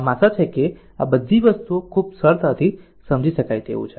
આમ આ આશા છે કે આ વસ્તુઓ ખૂબ સરળ રીતે સમજી શકાય તેવું છે